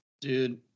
Dude